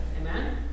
Amen